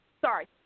Sorry